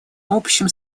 общим